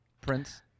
Prince